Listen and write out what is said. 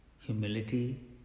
humility